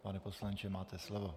Pane poslanče, máte slovo.